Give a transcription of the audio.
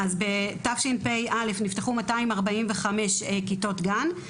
בתשפ"א נפתחו 245 כיתות גן.